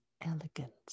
elegant